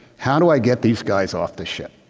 how do i get these guys off the ship?